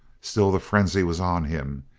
still the frenzy was on him.